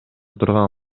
турган